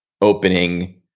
opening